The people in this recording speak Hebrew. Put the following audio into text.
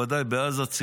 בוודאי בעזה,